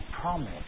promise